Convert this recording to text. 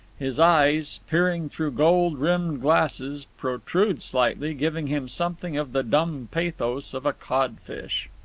his eyes, peering through gold-rimmed glasses, protrude slightly, giving him something of the dumb pathos of a codfish.